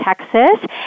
Texas